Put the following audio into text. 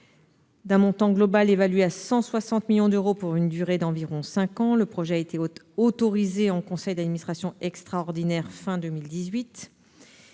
D'un montant global évalué à 160 millions d'euros pour une durée d'environ cinq ans, le projet a été autorisé en conseil d'administration extraordinaire à la